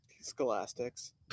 Scholastics